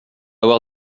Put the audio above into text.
avoir